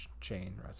chain